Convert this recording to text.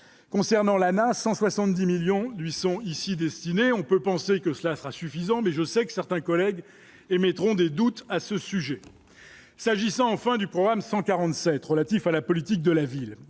concernant la main 170 1000000 800 ici destinée, on peut penser que cela sera suffisant, mais je sais que certains collègues émettront des doutes à ce sujet, s'agissant enfin du programme 147 relatif à la politique de la ville,